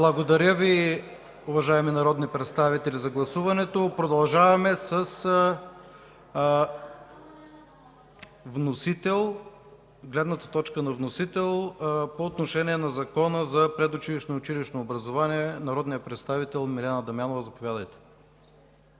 гласуването, уважаеми народни представители. Продължаваме с гледната точка на вносителя по отношение на Закона за предучилищното и училищното образование – народният представител Милена Дамянова. Заповядайте.